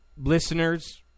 listeners